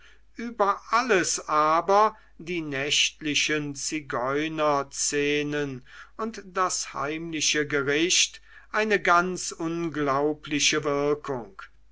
über alles aber die nächtlichen zigeunerszenen und das heimliche gericht eine ganz unglaubliche wirkung